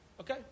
Okay